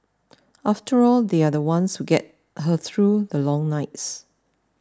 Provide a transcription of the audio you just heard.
after all they are the ones who get her through the long nights